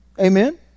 Amen